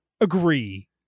agree